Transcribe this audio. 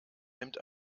nimmt